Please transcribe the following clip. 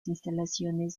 instalaciones